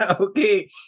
Okay